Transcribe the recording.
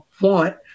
want